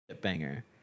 banger